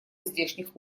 здешних